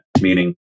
meaning